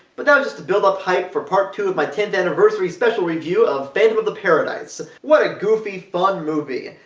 but that was just to build up hype for part two of my tenth anniversary special review of phantom of the paradise! what a goofy, fun movie!